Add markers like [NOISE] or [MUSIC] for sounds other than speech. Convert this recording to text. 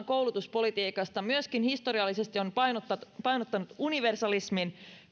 [UNINTELLIGIBLE] koulutuspolitiikasta myöskin historiallisesti on painottanut painottanut universalismin